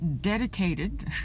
dedicated